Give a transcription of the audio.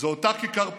זה אותה כיכר פריז.